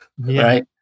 right